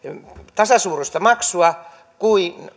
tasasuuruista maksua